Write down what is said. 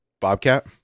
Bobcat